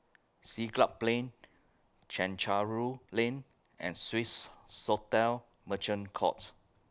Siglap Plain Chencharu Lane and Swissotel Merchant Court